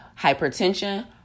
hypertension